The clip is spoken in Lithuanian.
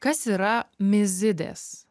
kas yra mizidės